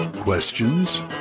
Questions